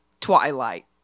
Twilight